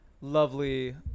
lovely